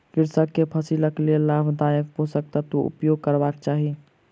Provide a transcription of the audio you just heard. कृषक के फसिलक लेल लाभदायक पोषक तत्वक उपयोग करबाक चाही